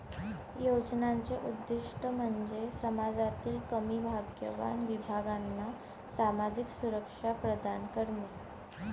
योजनांचे उद्दीष्ट म्हणजे समाजातील कमी भाग्यवान विभागांना सामाजिक सुरक्षा प्रदान करणे